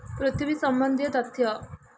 ପୃଥିବୀ ସମ୍ବନ୍ଧୀୟ ତଥ୍ୟ